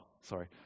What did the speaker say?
sorry